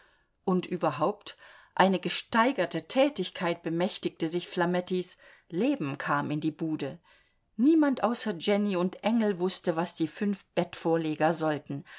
und überhaupt eine gesteigerte tätigkeit bemächtigte sich flamettis leben kam in die bude niemand außer jenny und engel wußte was die fünf bettvorleger sollten